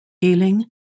healing